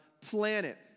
planet